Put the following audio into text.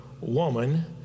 woman